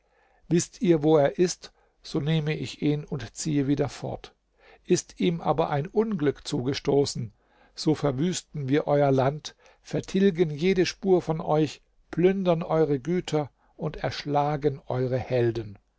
wißt ihr wo er ist so nehme ich ihn und ziehe wieder fort ist ihm aber ein unglück zugestoßen so verwüsten wir euer land vertilgen jede spur von euch plündern eure güter und erschlagen eure helden